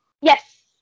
Yes